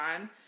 on